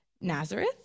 Nazareth